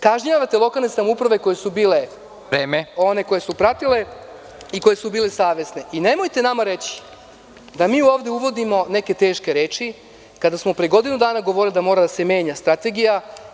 Kažnjavate lokalne samouprave koje su pratile i koje su bile savesne. (Predsednik: Vreme.) Nemojte nama reći da mi ovde uvodimo neke teške reči, kada smo pre godinu dana govorili da mora da se menja strategija.